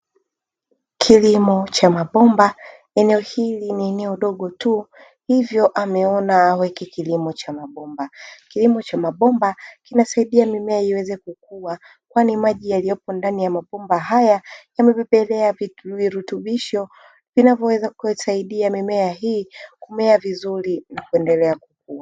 Kilimo cha mabomba eneo hili ni eneo dogo tu, hivyo ameona aweke kilimo cha mabomba kilimo cha mabomba, kinasaidia mimea iweze kukua kwani maji yaliyopo ndani ya mabomba haya yamebebelea virutubisho vinavyoweza kusaidia mimea hii kumea vizuri na kuendelea kukua.